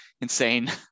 Insane